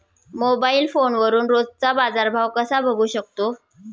Mobile फोनवरून रोजचा बाजारभाव कसा बघू शकतो?